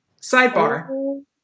sidebar